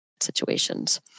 situations